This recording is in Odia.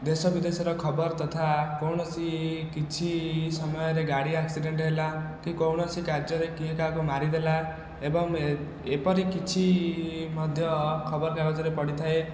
ଦେଶ ବିଦେଶର ଖବର ତଥା କୌଣସି କିଛି ସମୟରେ ଗାଡ଼ି ଆକ୍ସିଡେଣ୍ଟ ହେଲା କି କୌଣସି କାର୍ଯ୍ୟରେ କିଏ କାହାକୁ ମାରିଦେଲା ଏବଂ ଏପରି କିଛି ମଧ୍ୟ ଖବର କାଗଜରେ ପଢ଼ିଥାଏ